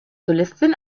solistin